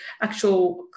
actual